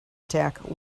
attack